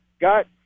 got